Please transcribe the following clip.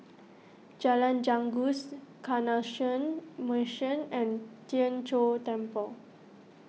Jalan Janggus Canossian Mission and Tien Chor Temple